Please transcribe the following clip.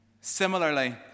Similarly